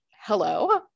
hello